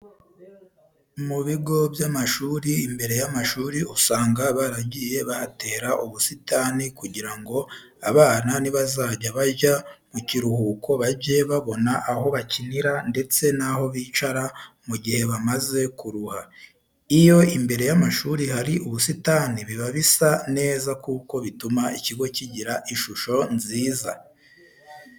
Mu bigo by'amashuri imbere y'amashuri usanga baragiye bahatera ubusitani kugira ngo abana nibazajya bajya mu kiruhuko bajye babona aho bakinira ndetse n'aho bicara mu gihe bamaze kuruha. Iyo imbere y'amashuri hari ubusitani biba bisa neza kuko bituma ikigo kigira ishusho nziza.